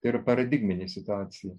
tai yra paradigminė situacija